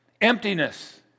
emptiness